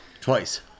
Twice